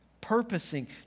purposing